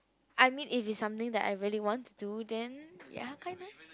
I mean if is something I really want to then ya kind of